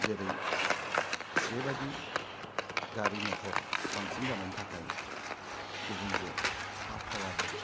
जेरै बेबादि गारि मटर बांसिन जानायनि थाखाय गुबुंले आबहावाबो